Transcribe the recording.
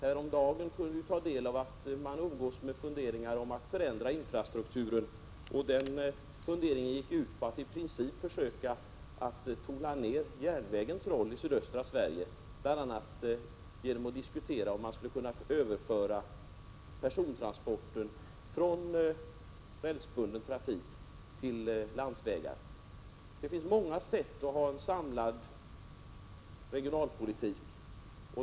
Häromdagen kunde vi ta del av att man umgås med funderingar på att förändra infrastrukturen, och de funderingarna gick ut på att man i princip försöker tona ner järnvägens roll i sydöstra Sverige, bl.a. genom att diskutera om man skall kunna överföra persontransporter från rälsbunden trafik till landsvägstrafik. Det finns många sätt för en samlad regionalpolitik.